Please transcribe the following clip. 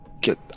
get